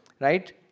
right